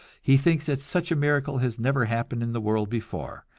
he thinks that such a miracle has never happened in the world before,